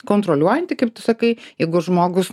kontroliuojanti kaip tu sakai jeigu žmogus